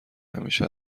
همیشه